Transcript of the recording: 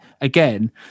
Again